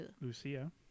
Lucia